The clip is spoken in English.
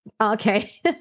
okay